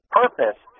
purpose